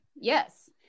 Yes